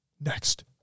next